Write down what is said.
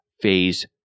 Phase